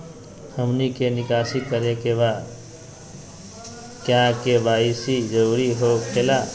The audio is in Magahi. हमनी के निकासी करे के बा क्या के.वाई.सी जरूरी हो खेला?